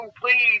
please